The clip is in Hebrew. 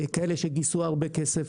כאלה שגייסו הרבה כסף,